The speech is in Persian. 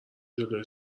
جلوی